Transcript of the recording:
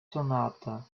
sonata